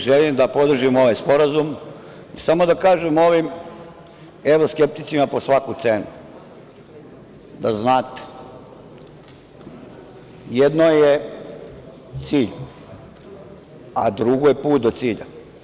Želim da podržim ovaj sporazum i samo bih rekao ovim evroskepticima po svaku cenu, da znate – jedno je cilj, a drugo je put do cilja.